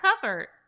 covered